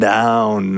down